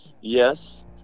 Yes